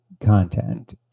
content